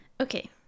okay